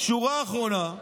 שורה אחרונה,